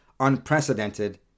unprecedented